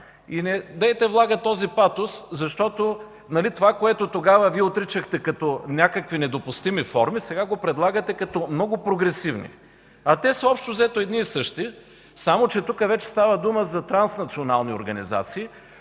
Недейте влага този патос, защото нали това, което тогава отричахте като някакви недопустими форми, сега го предлагате като много прогресивни. А те са общо взето едни и същи, само че тук вече става дума за транснационални организации.